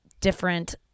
different